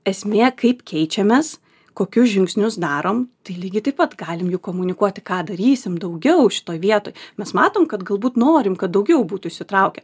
esmė kaip keičiamės kokius žingsnius darom tai lygiai taip pat galim juk komunikuoti ką darysim daugiau šitoj vietoj mes matom kad galbūt norim kad daugiau būtų įsitraukę